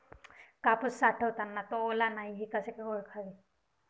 कापूस साठवताना तो ओला नाही हे कसे ओळखावे?